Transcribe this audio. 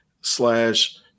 slash